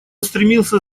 стремился